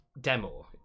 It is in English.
demo